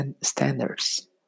standards